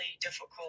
difficult